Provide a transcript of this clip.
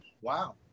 wow